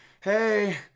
Hey